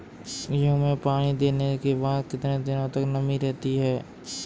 गेहूँ में पानी देने के बाद कितने दिनो तक नमी रहती है?